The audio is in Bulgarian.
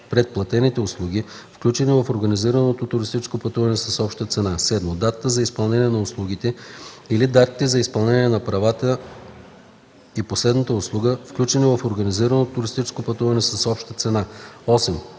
предплатените услуги, включени в организираното туристическо пътуване с обща цена; 7. датата за изпълнение на услугата или датите за изпълнение на първата и последната услуга, включени в организираното туристическо пътуване с обща цена; 8.